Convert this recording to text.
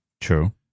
True